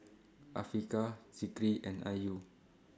Afiqah Zikri and Ayu